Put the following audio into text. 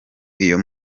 iyo